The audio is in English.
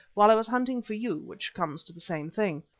while i was hunting for you, which comes to the same thing.